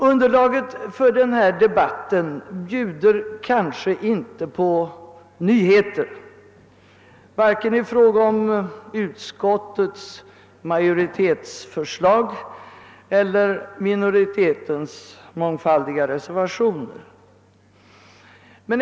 Underlaget för dagens debatt bjuder kanske inte på nyheter i fråga om vare sig utskottsmajoritetens förslag eller minoritetens mångfaldiga reservationer.